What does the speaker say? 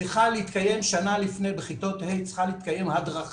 צריכה להתקיים שנה לפני בכיתות ה' הדרכה